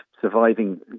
surviving